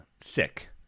sick